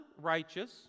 righteous